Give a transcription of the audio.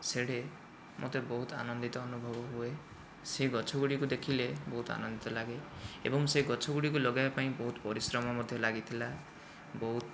ସେହିଠେ ମୋତେ ବହୁତ ଆନନ୍ଦିତ ଅନୁଭବ ହୁଏ ସେହି ଗଛଗୁଡ଼ିକୁ ଦେଖିଲେ ବହୁତ ଆନନ୍ଦିତ ଲାଗେ ଏବଂ ସେହି ଗଛ ଗୁଡ଼ିକୁ ଲଗାଇବା ପାଇଁ ବହୁତ ପରିଶ୍ରମ ମଧ୍ୟ ଲାଗିଥିଲା ବହୁତ